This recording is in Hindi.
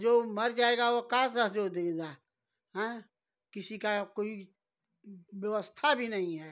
जो मर जाएगा वो का सहयोग देगा हाँ किसी का कोई व्यवस्था भी नहीं है